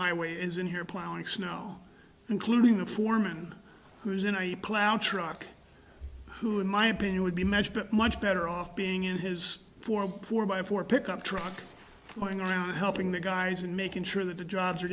highway is in here plowing snow including the foreman who's in a plow truck who in my opinion would be much better off being in his four poor by four pickup truck going around helping the guys and making sure that the jobs are